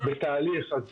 בתהליך אז